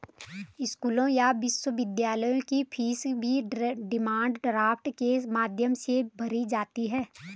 स्कूलों या विश्वविद्यालयों की फीस भी डिमांड ड्राफ्ट के माध्यम से भरी जाती है